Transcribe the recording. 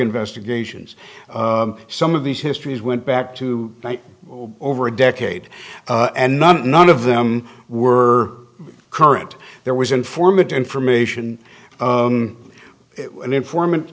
investigations some of these histories went back to over a decade and none none of them were current there was informant information an informant